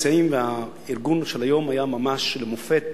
הארגון של היום היה ממש למופת,